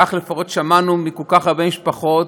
כך לפחות שמענו מכל כך הרבה משפחות,